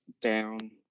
down